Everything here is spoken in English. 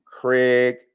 Craig